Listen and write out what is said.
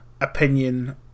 opinion